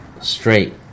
Straight